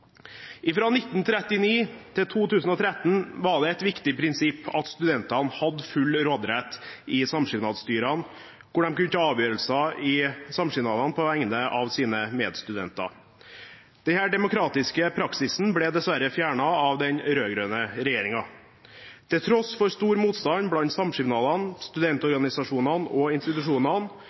Fra 1939 til 2013 var det et viktig prinsipp at studentene hadde full råderett i samkipnadsstyrene, hvor de kunne ta avgjørelser i samskipnadene på vegne av sine medstudenter. Denne demokratiske praksisen ble dessverre fjernet av den rød-grønne regjeringen. Til tross for stor motstand blant samskipnadene, studentorganisasjonene og institusjonene,